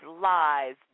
lies